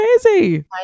crazy